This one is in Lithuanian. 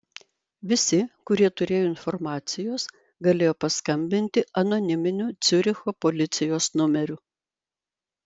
visi kurie turėjo informacijos galėjo paskambinti anoniminiu ciuricho policijos numeriu